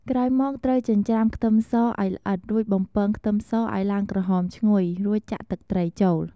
ក្រោយមកត្រូវចិញ្ច្រាំខ្ទឹមស ឱ្យល្អិតរួចបំពងខ្ទឹមសឱ្យឡើងក្រហមឈ្ងុយ រួចចាក់ទឹកត្រីចូល។